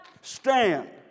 Stand